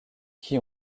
qui